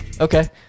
Okay